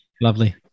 lovely